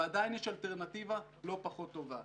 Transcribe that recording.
ועדיין יש אלטרנטיבה לא פחות טובה.